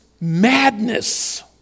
madness